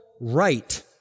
right